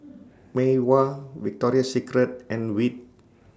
Mei Hua Victoria Secret and Veet